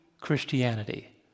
Christianity